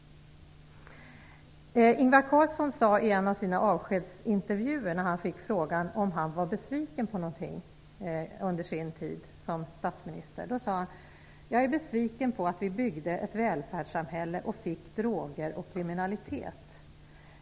Ingvar Carlsson sade i en av sina avskedsintervjuer, när han fick frågan om han var besviken på någonting under sin tid som statsminister: Jag är besviken på att vi byggde ett välfärdssamhälle och fick droger och kriminalitet.